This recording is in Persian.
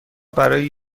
برای